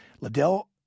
Liddell